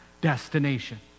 destination